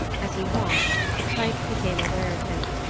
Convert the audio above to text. as he watched the pike became aware of him.